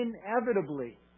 inevitably